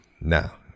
Now